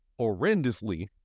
horrendously